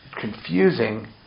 confusing